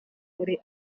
muri